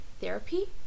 therapy